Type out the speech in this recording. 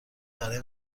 برای